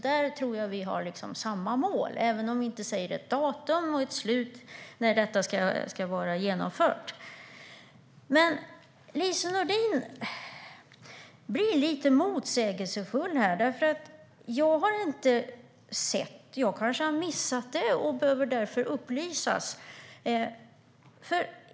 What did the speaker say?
Där tror jag att vi har samma mål, även om vi kristdemokrater inte sätter ett slutdatum för när detta ska vara genomfört. Men Lise Nordin blir lite motsägelsefull. Jag har inte sett något om det här, men jag kanske har missat det och därför behöver upplysas.